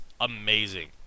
amazing